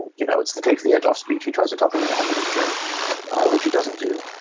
you know it's that takes the edge off speech she tries to talk him into having a drink which he doesn't do